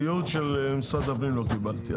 רק את הייעוץ של משרד הפנים לא קיבלתי.